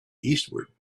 eastward